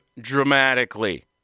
dramatically